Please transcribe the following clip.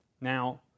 Now